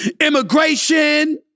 immigration